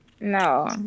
No